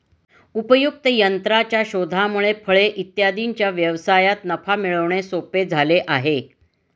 उपयुक्त यंत्राच्या शोधामुळे फळे इत्यादींच्या व्यवसायात नफा मिळवणे सोपे झाले आहे